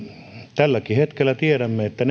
tälläkin hetkellä tiedämme että